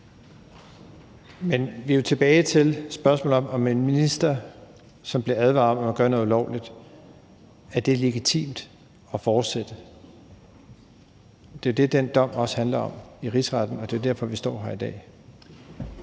Men vi er jo tilbage ved spørgsmålet om, om det for en minister, som blev advaret mod at gøre noget ulovligt, er legitimt at fortsætte. Det er jo det, den dom i Rigsretten også handler om, og det er derfor, vi står her i dag.